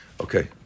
Okay